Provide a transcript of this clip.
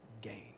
gain